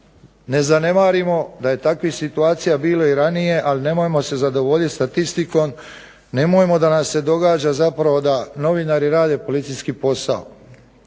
ne zanemarimo da je takvih situacija bilo i ranije, ali nemojmo se zadovoljit statistikom, nemojmo da nam se događa zapravo da novinari rade policijski posao.